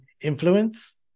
Influence